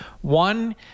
One